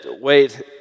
wait